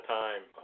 time